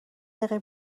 دقیقه